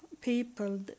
people